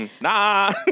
Nah